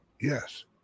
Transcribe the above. Yes